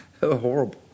horrible